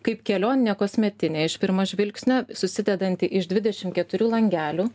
kaip kelioninė kosmetinė iš pirmo žvilgsnio susidedanti iš dvidešimt keturių langelių